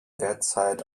derzeit